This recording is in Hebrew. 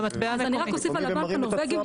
אני רק אוסיף על הבנק הנורבגי משפט.